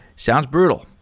sounds brutal.